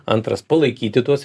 antras palaikyti tuos